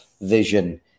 vision